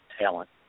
talent